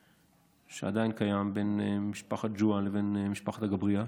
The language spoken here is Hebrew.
שעדיין קיים בין משפחת ג'עו לבין משפחת אגבאריה.